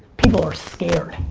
people are scared